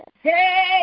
Hey